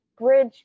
bridge